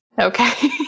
Okay